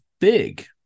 big